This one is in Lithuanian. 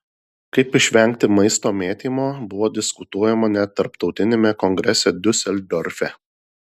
kaip išvengti maisto mėtymo buvo diskutuojama net tarptautiniame kongrese diuseldorfe